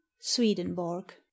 Swedenborg